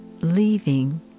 leaving